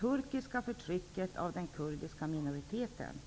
turkiska förtrycket av den kurdiska minoriteten.